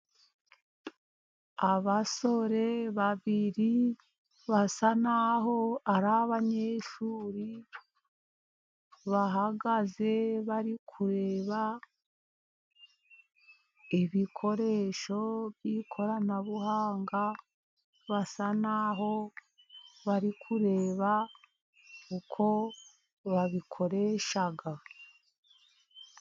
Abasore babiri basa n'aho ari abanyeshuri, bahagaze bari kureba ibikoresho by'ikoranabuhanga, basa n'aho bari kureba uko babikoresha.